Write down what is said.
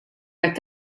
qed